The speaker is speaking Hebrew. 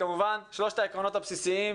כמובן שלושת העקרונות הבסיסיים,